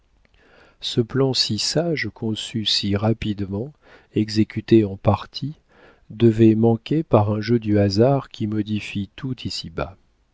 ce plan si sage conçu si rapidement exécuté en partie devait manquer par un jeu du hasard qui modifie tout ici-bas